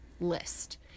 list